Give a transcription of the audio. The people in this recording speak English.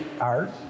art